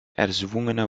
erzwungene